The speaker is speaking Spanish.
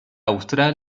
austral